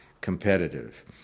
competitive